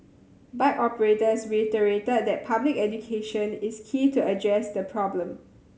bike operators reiterated that public education is key to address the problem